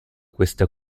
questa